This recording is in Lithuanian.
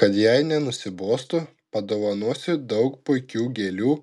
kad jai nenusibostų padovanosiu daug puikių gėlių